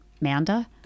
manda